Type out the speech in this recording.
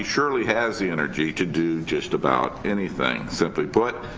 surely has the energy to do just about anything. simply put,